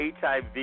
HIV